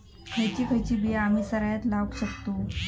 खयची खयची बिया आम्ही सरायत लावक शकतु?